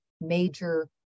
major